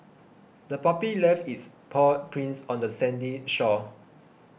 the puppy left its paw prints on the sandy shore